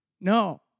No